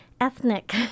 ethnic